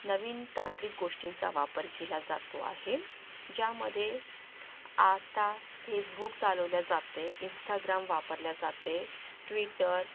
नवीन तांत्रिक गोष्टींचा वापर केला जातो आहे ज्यामध्ये आता फेसबुक चालवल्या जाते इंस्टाग्राम वापरल्या जाते ट्विटर